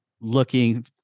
looking